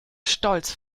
stolz